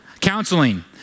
Counseling